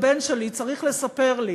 הבן שלי צריך לספר לי